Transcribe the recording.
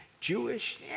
Jewish